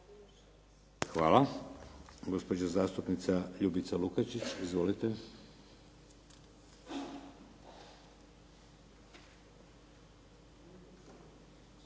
Hvala. Gospođa zastupnica Ljubica Lukačić. Izvolite.